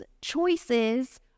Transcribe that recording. choices